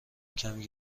کمی